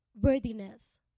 worthiness